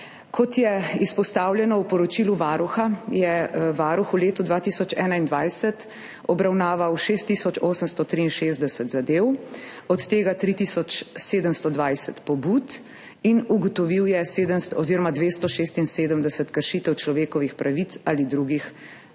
Kot je izpostavljeno v poročilu Varuha, je Varuh v letu 2021 obravnaval 6 tisoč 863 zadev, od tega 3 tisoč 720 pobud, ugotovil 276 kršitev človekovih pravic ali drugih